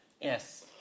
Yes